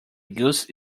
goose